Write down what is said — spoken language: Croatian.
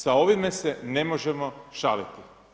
Sa ovime se ne možemo šaliti.